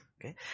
Okay